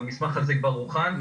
והמסמך הזה כבר הוכן,